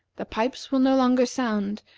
the pipes will no longer sound,